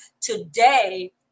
today